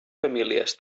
famílies